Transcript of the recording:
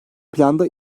planda